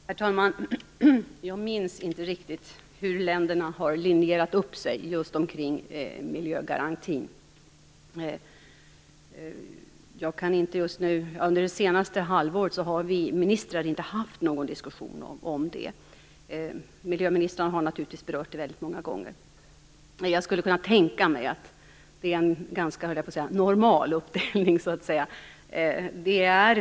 Herr talman! Jag minns inte riktigt hur länderna har linjerat upp sig när det gäller miljögarantin. Under det senaste halvåret har vi ministrar inte haft någon diskussion om det. Miljöministrarna har naturligtvis berört det väldigt många gånger. Jag skulle kunna tänka mig att det är en ganska "normal" uppdelning, så att säga.